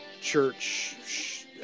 church